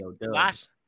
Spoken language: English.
last